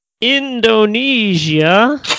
Indonesia